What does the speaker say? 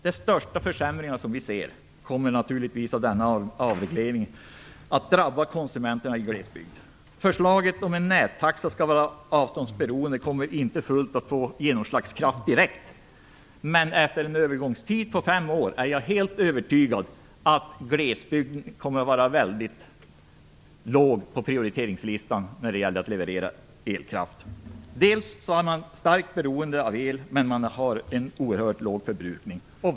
De största försämringarna i samband med denna avreglering kommer som vi ser det naturligtvis att drabba konsumenterna i glesbygden. Förslaget om att nättaxan skall vara avståndsberoende kommer inte att få full genomslagskraft direkt, men efter en övergångstid på fem år är jag helt övertygad om att glesbygden kommer att ligga väldigt långt ner på prioriteringslistan när det gäller att leverera elkraft. Dels är man starkt beroende av el, dels har man en oerhört låg förbrukning.